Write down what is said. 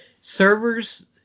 servers